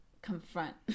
Confront